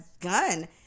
gun